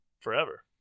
Forever